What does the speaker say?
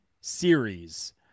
series